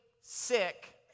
sick